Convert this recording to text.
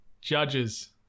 Judges